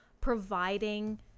providing